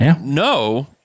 No